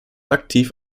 aktiv